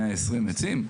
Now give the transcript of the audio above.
מאה עשרים עצים,